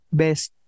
best